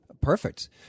Perfect